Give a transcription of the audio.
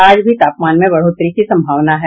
आज भी तापमान में बढ़ोत्तरी की संभावना है